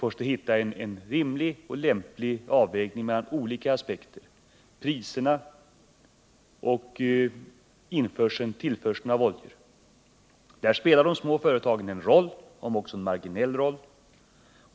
Det gäller här att finna en rimlig och lämplig avvägning mellan de olika aspekterna, dvs. mellan priserna, och tillförseln av olja. Här spelar de små företagen en roll, om också en marginell sådan.